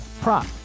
prop